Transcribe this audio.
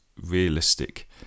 realistic